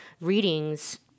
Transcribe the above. readings